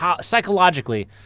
psychologically